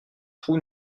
trou